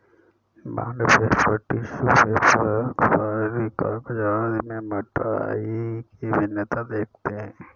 bond paper, tissue paper, अखबारी कागज आदि में मोटाई की भिन्नता देखते हैं